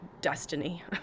destiny